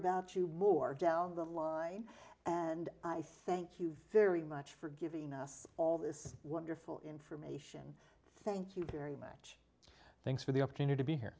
about you more down the line and i thank you very much for giving us all this wonderful information thank you very much thanks for the opportunity to be here